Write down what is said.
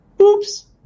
oops